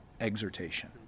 exhortation